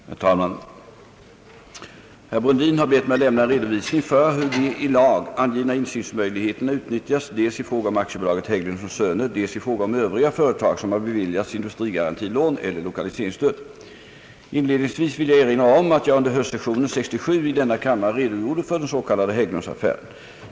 Herr talman! Herr Brundin har bett mig lämna en redovisning för hur de »i lag» angivna insynsmöjligheterna utnyttjats dels i fråga om AB Hägglund & Söner, dels i fråga om övriga företag som har beviljats industrigarantilån eller lokaliseringsstöd. Inledningsvis vill jag erinra om att jag under höstsessionen 1967 i denna kammare redogjorde för den s.k. Hägglundsaffären.